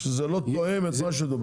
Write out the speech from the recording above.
שלא תואם את מה שדובר.